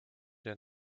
der